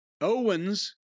Owens